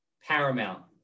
Paramount